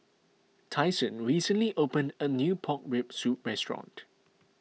Tyson recently opened a new Pork Rib Soup restaurant